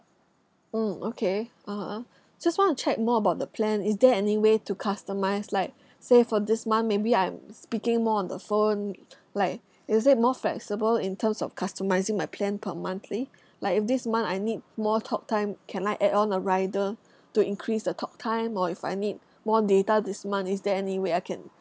mm okay (uh huh) just want to check more about the plan is there any way to customise like say for this month maybe I'm speaking more on the phone like is it more flexible in terms of customising my plan per monthly like if this month I need more talktime can I add on a rider to increase the talktime or if I need more data this month is there any way I can